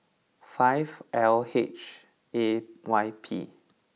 five L H A Y P